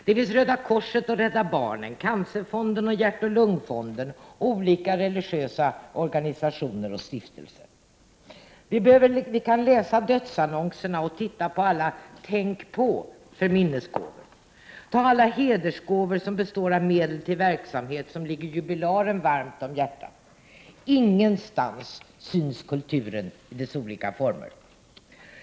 Det finns Röda korset, Rädda barnen, Cancerfonden och Hjärtoch lungfonden och olika religiösa organisationer och stiftelser. Vi kan se exempel på detta i dödsannonserna där det ofta skrivs att man skall tänka på någon särskild organisation för minnesgåvor. Ett annat exempel är hedersgåvor som består av medel till verksamhet som ligger jubilaren varmt om hjärtat. Ingenstans syns kulturen i dess olika former.